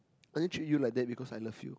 I only treat you like that because I love you